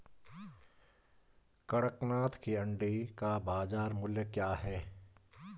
कड़कनाथ के अंडे का बाज़ार मूल्य क्या है?